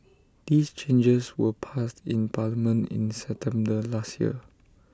these changes were passed in parliament in September last year